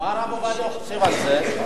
מה הרב עובדיה חושב על זה?